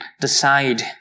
decide